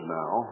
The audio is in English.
now